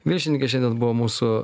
viršininkas šiandien buvo mūsų